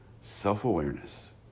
self-awareness